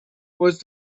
was